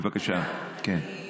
בבקשה, כן.